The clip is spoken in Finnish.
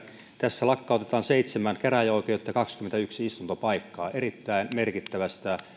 tässä lakkautetaan seitsemän käräjäoikeutta ja kaksikymmentäyksi istuntopaikkaa erittäin merkittävästä